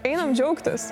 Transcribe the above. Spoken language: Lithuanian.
einam džiaugtis